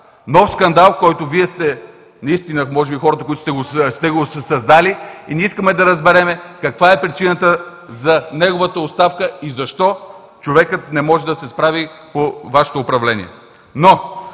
Нов скандал, който Вие може би сте хората, които сте го създали, и ние искаме да разберем каква е причината за неговата оставка и защо човекът не може да се справи при Вашето управление.